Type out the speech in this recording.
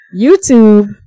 YouTube